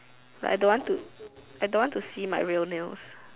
but I don't want to I don't want to see my real nails